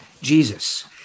Jesus